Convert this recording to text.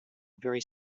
very